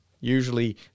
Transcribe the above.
usually